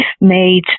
made